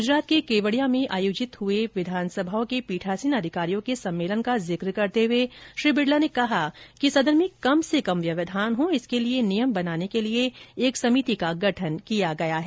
गुजरात के केवड़िया में आयोजित हुये विधानसभाओं पीठासीन अधिकारियों के सम्मेलन का जिक करते हुए श्री बिडला ने कहा कि सदन में कम से कम व्यवधान हो इसके लिये नियम बनाने के लिए एक समिति का गठन किया गया है